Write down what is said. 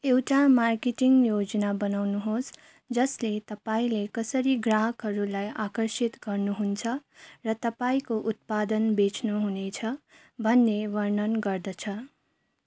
एउटा मार्केटिङ योजना बनाउनुहोस् जसले तपाईँँले कसरी ग्राहकहरूलाई आकर्षित गर्नुहुन्छ र तपाईँँको उत्पादन बेच्नु हुनेछ भन्ने वर्णन गर्दछ